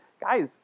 guys